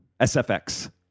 SFX